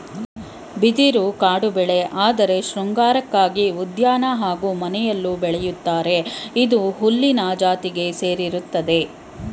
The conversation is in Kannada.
ಬಿದಿರು ಕಾಡುಬೆಳೆಯಾಧ್ರು ಶೃಂಗಾರಕ್ಕಾಗಿ ಉದ್ಯಾನ ಹಾಗೂ ಮನೆಲೂ ಬೆಳಿತರೆ ಇದು ಹುಲ್ಲಿನ ಜಾತಿಗೆ ಸೇರಯ್ತೆ